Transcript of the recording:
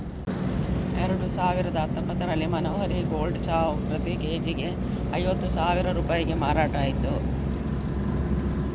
ಎರಡು ಸಾವಿರದ ಹತ್ತೊಂಭತ್ತರಲ್ಲಿ ಮನೋಹರಿ ಗೋಲ್ಡ್ ಚಾವು ಪ್ರತಿ ಕೆ.ಜಿಗೆ ಐವತ್ತು ಸಾವಿರ ರೂಪಾಯಿಗೆ ಮಾರಾಟ ಆಯ್ತು